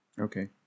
Okay